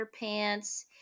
Underpants